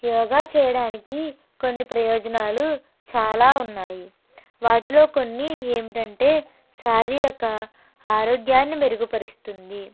యోగ చేయడానికి కొన్ని ప్రయోజనాలు చాలా ఉన్నాయి వాటిలో కొన్ని ఏంటంటే శారీరక ఆరోగ్యాన్ని మెరుగుపరుస్తుంది